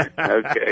Okay